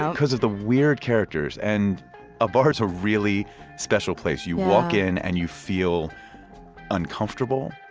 um because of the weird characters and a bar is a really special place. you walk in, and you feel uncomfortable.